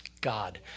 God